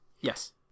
Yes